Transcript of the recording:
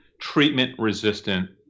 treatment-resistant